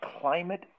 climate